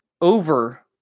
over